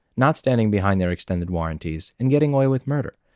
not standing behind their extended warranties and getting away with murder.